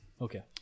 Okay